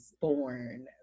born